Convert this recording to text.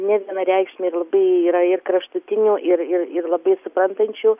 nevienareikšmiai ir labai yra ir kraštutinių ir ir ir labai suprantančių